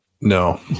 No